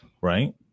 Right